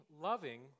loving